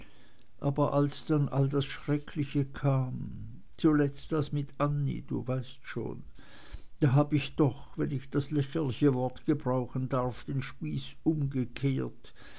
aber als dann all das schreckliche kam und zuletzt das mit annie du weißt schon da hab ich doch wenn ich das lächerliche wort gebrauchen darf den spieß umgekehrt